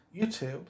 YouTube